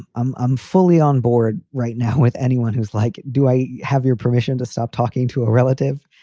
i'm i'm fully on board right now with anyone who's like, do i have your permission to stop talking to a relative?